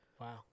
Wow